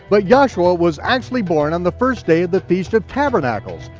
but yahshua was actually born on the first day of the feast of tabernacles,